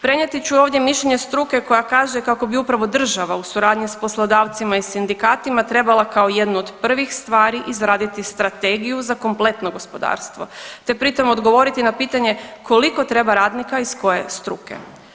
Prenijeti ću ovdje mišljenje struke koja kaže kako bi upravo država u suradnji s poslodavcima i sindikatima trebala kao jednu od prvih stvari izraditi strategiju za kompletno gospodarstvo, te pri tom odgovoriti na pitanje koliko treba radnika iz koje struke.